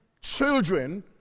children